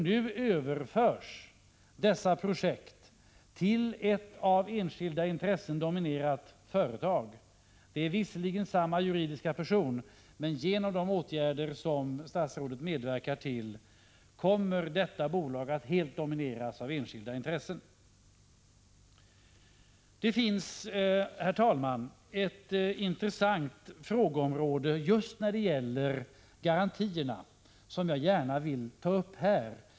Nu överförs dessa projekt till ett av enskilda intressen dominerat företag. Det är visserligen samma juridiska person, men genom de åtgärder som statsrådet medverkar till kommer detta bolag att helt domineras av enskilda intressen. Det finns, herr talman, ett intressant område just när det gäller garantierna som jag gärna vill ta upp här.